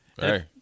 Hey